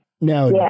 Now